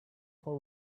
for